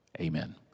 amen